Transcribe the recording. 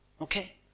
Okay